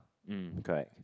mm correct